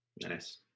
Nice